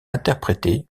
interprétées